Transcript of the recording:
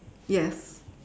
yes